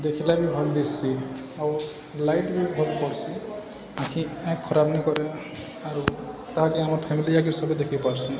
ଦେଖିଲା ବି ଭଲ୍ ଦିସି ଆଉ ଲାଇଟ୍ ବି ଭଲ୍ ପଡ଼୍ସି ଆଖି ଆ ଖରାପ ନି କରେ ଆରୁ ତାହାକି ଆମ ଫ୍ୟାମିଲି ଆଗି ସବୁ ଦେଖି ପାରସିନଁ